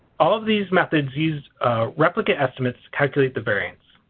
all of these methods use replicate estimates to calculate the variance.